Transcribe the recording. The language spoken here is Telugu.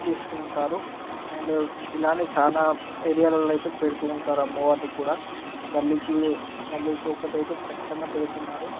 చేస్తూ ఉంటారు అండ్ ఇలానే చాలా ఏరియాలలో అయితే పెడుతూ ఉంటారు అమ్మవారిని కూడా గల్లీకి గల్లీకి ఒకటైతే ఖచ్చితంగా పెడుతున్నారు